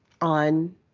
on